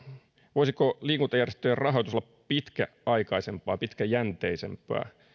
voisiko liikuntajärjestöjen rahoitus olla pitkäaikaisempaa pitkäjänteisempää